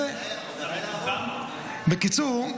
בקיצור,